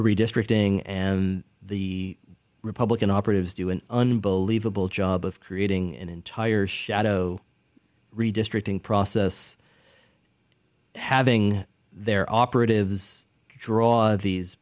redistricting and the republican operatives do an unbelievable job of creating an entire shadow redistricting process having their operatives draw these